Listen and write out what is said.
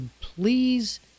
Please